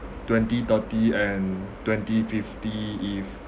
twenty thirty and twenty fifty if